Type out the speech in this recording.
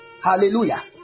Hallelujah